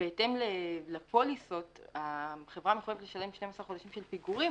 בהתאם לפוליסות החברה מחויבת לשלם 12 חודשי פיגורים,